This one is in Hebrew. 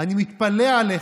אני מתפלא עליך,